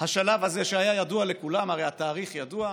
השלב הזה, שהיה ידוע לכולם, הרי התאריך ידוע,